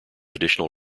additional